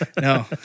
No